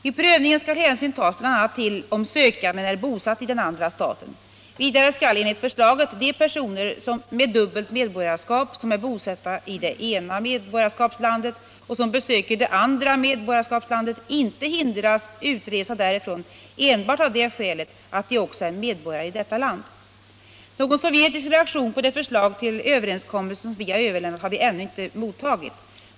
Vid prövningen skall hänsyn tas bl.a. till om sökanden är bosatt i den andra staten. Vidare skall enligt förslaget de personer med dubbelt medborgarskap, som är bosatta i det ena medborgarskapslandet och som besöker det andra medborgarskapslandet, inte hindras utresa därifrån enbart av det skälet att de också är medborgare i detta land. Någon sovjetisk reaktion på det förslag till överenskommelse som vi har överlämnat har vi ännu inte mottagit.